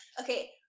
Okay